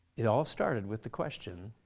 it all started with the question,